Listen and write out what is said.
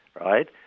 right